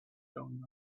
going